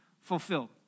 fulfilled